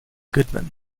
goodman